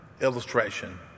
illustration